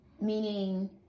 meaning